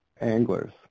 Anglers